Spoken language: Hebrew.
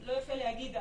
לא יפה להגיד,